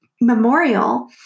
memorial